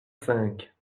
cinq